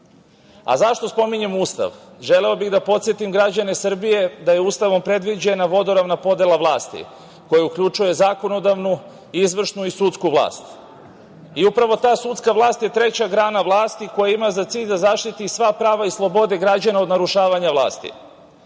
spominjem Ustav? Želeo bih da podsetim građane Srbije da je Ustavom predviđena vodoravna podela vlasti koja uključuje zakonodavnu, izvršnu i sudsku vlast. I upravo ta sudska vlast je treća grana vlasti, koja ima za cilj da zaštiti sva prava i slobode građana od narušavanja vlasti,